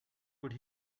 could